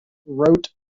wrote